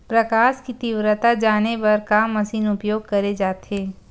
प्रकाश कि तीव्रता जाने बर का मशीन उपयोग करे जाथे?